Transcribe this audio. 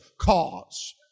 cause